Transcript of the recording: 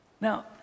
Now